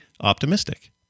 optimistic